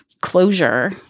closure